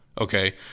okay